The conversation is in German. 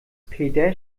peter